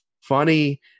funny